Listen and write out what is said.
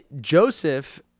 Joseph